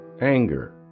anger